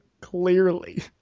Clearly